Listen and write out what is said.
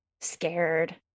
scared